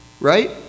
Right